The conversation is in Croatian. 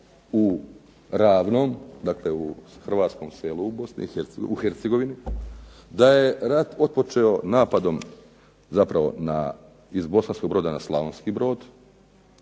u Ravnom, dakle u hrvatskom selu u Hercegovini, da je rat otpočeo napadom zapravo iz Bosanskog broda na Slavonski brod